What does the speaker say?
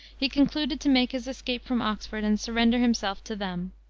he concluded to make his escape from oxford and surrender himself to them.